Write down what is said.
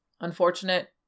unfortunate